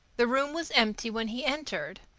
the room was empty when he entered.